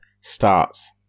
starts